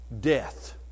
death